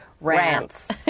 rants